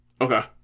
Okay